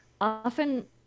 often